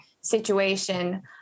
situation